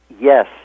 Yes